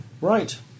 Right